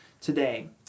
today